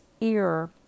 ear